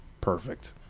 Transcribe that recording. perfect